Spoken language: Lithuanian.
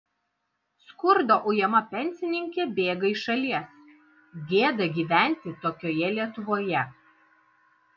skurdo ujama pensininkė bėga iš šalies gėda gyventi tokioje lietuvoje